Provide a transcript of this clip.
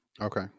Okay